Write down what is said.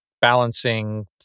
balancing